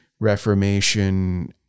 Reformation